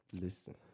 listen